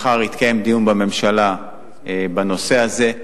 מחר יתקיים דיון בממשלה בנושא הזה.